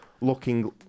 looking